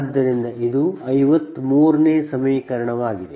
ಆದ್ದರಿಂದ ಇದು 53 ನೇ ಸಮೀಕರಣವಾಗಿದೆ